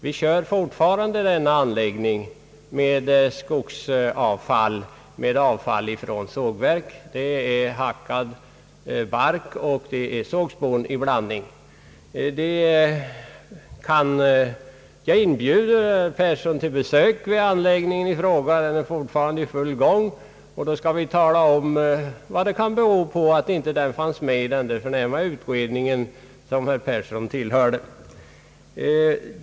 Vi kör fortfarande denna anläggning med avfall ifrån sågverken och skogen, det är hackad bark och sågspån i blandning. Jag inbjuder herr Persson till ett besök vid anläggningen i fråga. Den är fortfarande i full gång. Där kan vi också tala om vad det kan bero på att den inte finns med i den där förnämliga utredningen, som herr Persson tillhörde.